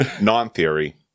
non-theory